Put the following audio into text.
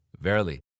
Verily